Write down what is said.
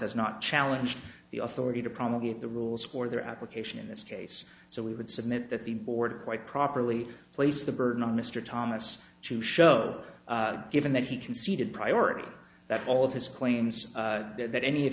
has not challenged the authority to prosecute the rules for their application in this case so we would submit that the board quite properly placed the burden on mr thomas to show given that he conceded priority that all of his claims that any of